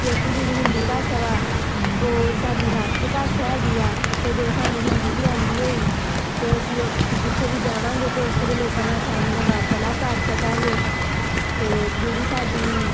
ਕਿਉਂਕਿ ਜਿਹੜੀ ਹਿੰਦੀ ਭਾਸ਼ਾ ਵਾ ਉਹ ਸਾਡੀ ਰਾਸ਼ਟਰੀ ਭਾਸ਼ਾ ਹੈਗੀ ਆ ਅਤੇ ਜੇ ਸਾਨੂੰ ਹਿੰਦੀ ਵੀ ਆਉਂਦੀ ਹੋਈ ਅਤੇ ਅਸੀਂ ਜਿੱਥੇ ਵੀ ਜਾਵਾਂਗੇ ਤਾਂ ਉੱਥੋਂ ਦੇ ਲੋਕਾਂ ਨਾਲ ਆਸਾਨੀ ਨਾਲ ਵਾਰਤਲਾਪ ਕਰ ਸਕਾਂਗੇ ਅਤੇ ਜਿਹੜੀ ਸਾਡੀ